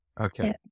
Okay